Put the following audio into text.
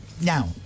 Now